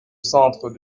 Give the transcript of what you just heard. centre